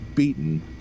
beaten